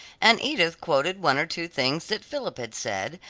and edith quoted one or two things that philip had said,